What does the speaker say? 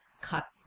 cut